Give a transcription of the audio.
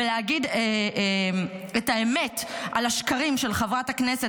ולהגיד את האמת על השקרים של חברת הכנסת,